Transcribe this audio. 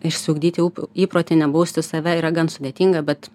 išsiugdyti įprotį nebausti save yra gan sudėtinga bet